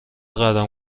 قدم